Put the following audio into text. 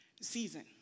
season